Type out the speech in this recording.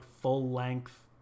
full-length